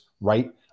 right